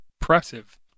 impressive